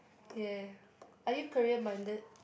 ya are you career minded